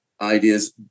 ideas